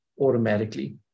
automatically